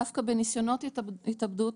דווקא בניסיונות התאבדות,